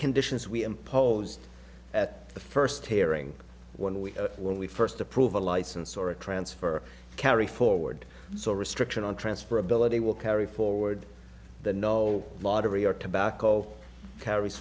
conditions we imposed at the first hearing when we when we first approve a license or a transfer carry forward so a restriction on transfer ability will carry forward the no lottery or tobacco